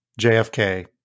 JFK